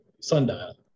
sundial